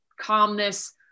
calmness